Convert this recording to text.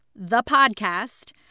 thepodcast